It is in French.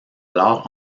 alors